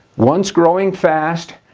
one's growing fast.